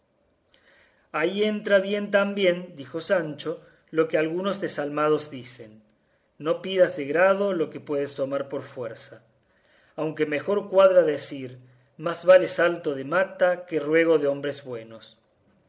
ahí entra bien también dijo sancho lo que algunos desalmados dicen no pidas de grado lo que puedes tomar por fuerza aunque mejor cuadra decir más vale salto de mata que ruego de hombres buenos